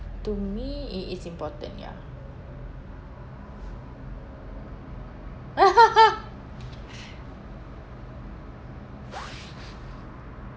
to me it is important ya